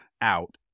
out